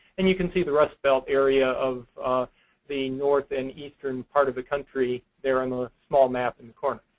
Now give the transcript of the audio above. and you can see the rust belt area of the north and eastern part of the country there on the small map in the corner.